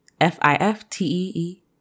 F-I-F-T-E-E